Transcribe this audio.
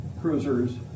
cruisers